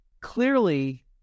clearly